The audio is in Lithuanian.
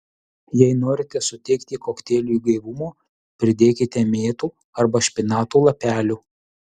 jei norite suteikti kokteiliui gaivumo pridėkite mėtų arba špinatų lapelių